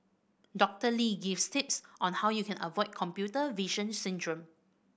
Doctor Lee gives tips on how you can avoid computer vision syndrome